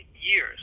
years